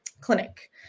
clinic